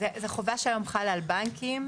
זו חובה שהיום חלה על בנקים,